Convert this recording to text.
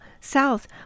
south